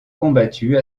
combattu